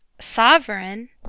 sovereign